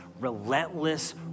relentless